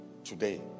today